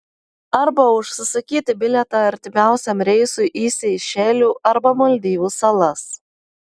arba užsisakyti bilietą artimiausiam reisui į seišelių arba maldyvų salas